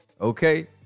okay